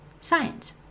science